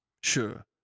Sure